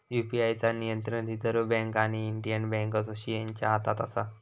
UPI चा नियंत्रण reserve bank आणि इंडियन बॅन्क असोसिएशनच्या हातात असा